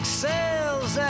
sails